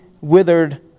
withered